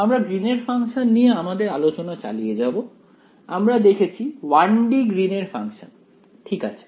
আমরা গ্রীন এর ফাংশন নিয়ে আমাদের আলোচনা চালিয়ে যাব আমরা দেখেছি 1 D গ্রীন এর ফাংশন ঠিক আছে